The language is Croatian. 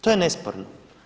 To je nesporno.